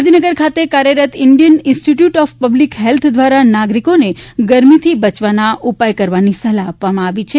ગાંધીનગર ખાતે કાર્યરત Indian institute of public health દ્વારા નાગરિકોને ગરમીથી બચવાના ઉપાય કરવાની સલાહ આપવામાં આવી છે